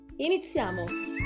Iniziamo